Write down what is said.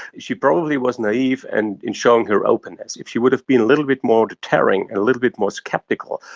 she probably was naive and in showing her openness. if she would have been a little bit more deterring, a little bit more sceptical,